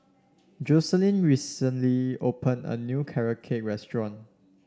Jocelyne recently opened a new Carrot Cake restaurant